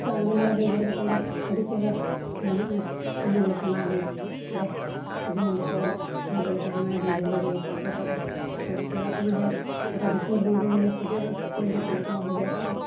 ᱪᱮᱛᱟᱱᱨᱮ ᱟᱸᱡᱚᱢ ᱵᱟᱲᱟᱣ ᱟᱠᱟᱫᱟᱹᱧ ᱦᱚᱲ ᱠᱚᱴᱷᱮᱱ ᱡᱮ ᱟᱹᱰᱤ ᱪᱮᱦᱨᱟ ᱢᱮᱱᱟᱜᱼᱟ ᱧᱮᱧᱮᱞ ᱞᱮᱠᱟᱱᱟᱜ ᱡᱮ ᱚᱸᱰᱮ ᱨᱤᱢᱤᱞ ᱠᱚ ᱥᱩᱨ ᱨᱮᱜᱮ ᱛᱟᱦᱮᱱᱟ ᱮᱠᱫᱚᱢ ᱫᱷᱩᱸᱜᱟᱹᱜᱮ ᱨᱟᱠᱟᱵᱟ ᱟᱹᱰᱤ ᱪᱮᱨᱦᱟ ᱟᱨ ᱫᱚᱢᱮ ᱦᱚᱲ ᱜᱚᱴᱟ ᱫᱤᱥᱚᱢ ᱨᱮᱱ ᱦᱚᱲ ᱚᱸᱰᱮ ᱧᱮᱧᱮᱞ ᱠᱚ ᱦᱤᱡᱩᱜᱼᱟ ᱡᱷᱟᱹᱞᱼᱡᱷᱟᱹᱞ ᱠᱚ ᱦᱤᱡᱩᱜ ᱟᱠᱚ ᱟᱨ